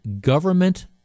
government